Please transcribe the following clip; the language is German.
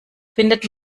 findet